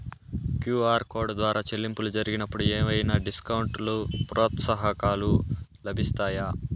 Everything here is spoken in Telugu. క్యు.ఆర్ కోడ్ ద్వారా చెల్లింపులు జరిగినప్పుడు ఏవైనా డిస్కౌంట్ లు, ప్రోత్సాహకాలు లభిస్తాయా?